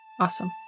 Awesome